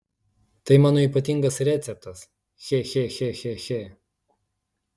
tai mano ypatingas receptas che che che che che